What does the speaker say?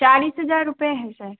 चालीस हजार रूपए हैं सर